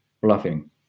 bluffing